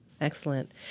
Excellent